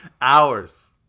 Hours